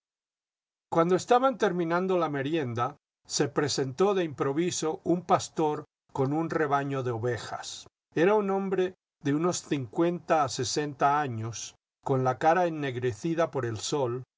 cuando estaban terminando la merienda se presentó de improviso un pastor con un rebaño de ovejas era un hombre de unos cincuenta a sesenta años con la cara ennegrecida por el sol